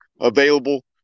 available